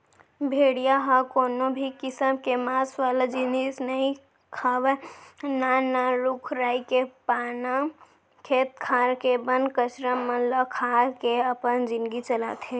भेड़िया ह कोनो भी किसम के मांस वाला जिनिस नइ खावय नान नान रूख राई के पाना, खेत खार के बन कचरा मन ल खा के अपन जिनगी चलाथे